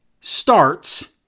starts